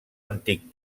antic